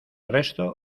resto